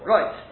Right